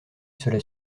cela